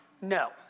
No